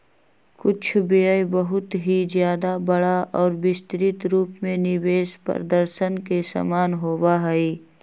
कुछ व्यय बहुत ही ज्यादा बड़ा और विस्तृत रूप में निवेश प्रदर्शन के समान होबा हई